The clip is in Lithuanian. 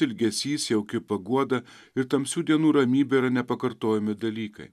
ilgesys jauki paguoda ir tamsių dienų ramybė yra nepakartojami dalykai